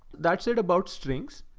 that's it about strings.